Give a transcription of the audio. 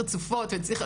אבל בסוף אני צריכה להגיע